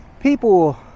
people